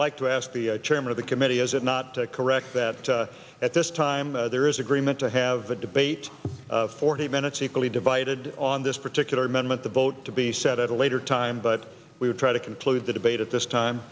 like to ask the chairman of the committee is it not correct that at this time there is agreement to have the debate forty minutes equally divided on this particular amendment the vote to be set at a later time but we would try to conclude the debate at this time